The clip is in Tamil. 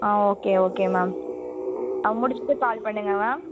ஆ ஓகே ஓகே மேம் ஆ முடித்துட்டு கால் பண்ணுங்க மேம்